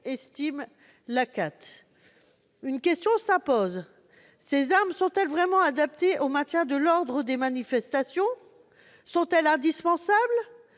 estime l'ACAT. Une question s'impose : ces armes sont-elles vraiment adaptées au maintien de l'ordre lors de manifestations ? Sont-elles indispensables ?